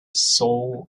soul